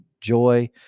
joy